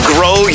Grow